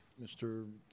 Mr